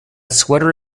sweater